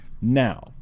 Now